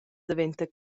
daventa